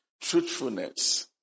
Truthfulness